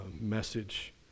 message